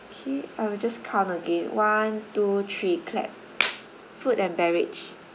K I'll just count again one two three clap food and beverage